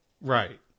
right